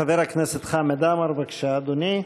חבר הכנסת חמד עמאר, בבקשה, אדוני.